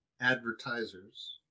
advertisers